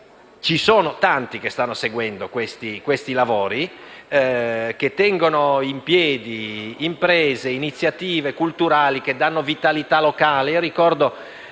cortesia. Tanti che stanno seguendo i nostri lavori tengono in piedi imprese e iniziative culturali che danno vitalità locale.